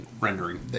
rendering